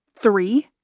three,